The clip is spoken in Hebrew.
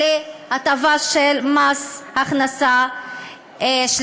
ההטבות האלה, הטבה של מס הכנסה שלילי.